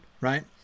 right